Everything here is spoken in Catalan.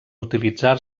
utilitzar